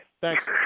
Thanks